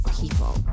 people